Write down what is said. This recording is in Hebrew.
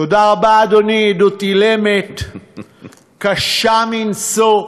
תודה רבה, אדוני, עדות אילמת קשה מנשוא.